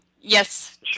Yes